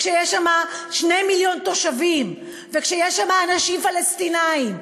כשיש שם 2 מיליון תושבים וכשיש שם אנשים פלסטינים?